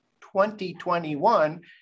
2021